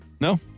No